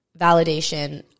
validation